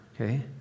okay